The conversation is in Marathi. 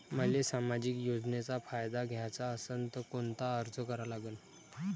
मले सामाजिक योजनेचा फायदा घ्याचा असन त कोनता अर्ज करा लागन?